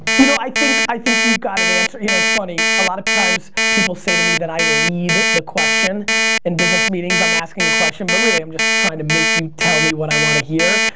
you know i think i think you've got an answer. you know, it's funny, a lot of times people say to me that i lead the question in business meetings. i'm asking a question but really i'm just trying to make you tell me what i want to hear.